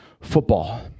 football